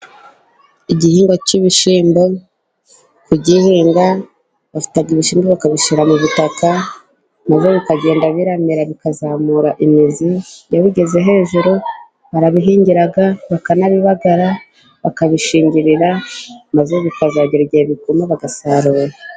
Igihingwa cy'ibishyimbo, kugihinga bafata ibishyimbo bakabishyira mu butaka, maze bikagenda bimera bikazamura imizi. Iyo bigeze hejuru, barabihingira bakanabibagara, bakabishingirira, maze bikazagera igihe bikuma bagasarura.